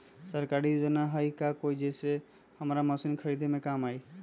सरकारी योजना हई का कोइ जे से हमरा मशीन खरीदे में काम आई?